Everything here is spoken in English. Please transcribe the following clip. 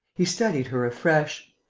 he studied her afresh.